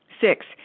Six